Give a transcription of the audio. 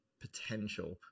potential